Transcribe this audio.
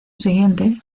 siguiente